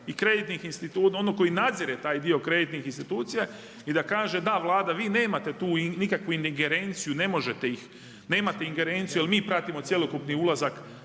i kreditnih institucija, onaj koji nadzire taj dio kreditnih institucija, i da kaže da, Vlada vi nemate tu nikakvu ingerenciju jer mi pratimo cjelokupni ulazak,